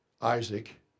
Isaac